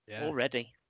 already